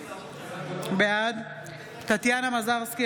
בעד טטיאנה מזרסקי,